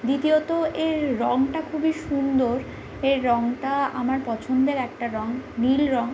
দ্বিতীয়ত এর রঙটা খুবই সুন্দর এর রঙটা আমার পছন্দের একটা রঙ নীল রঙ